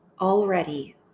already